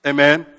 Amen